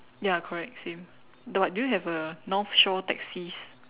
ya correct same but you do have a North Shore taxis